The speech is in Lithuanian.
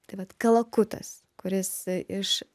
tai vat kalakutas kuris iš